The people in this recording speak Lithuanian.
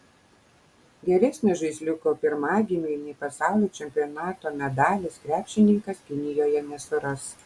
geresnio žaisliuko pirmagimiui nei pasaulio čempionato medalis krepšininkas kinijoje nesuras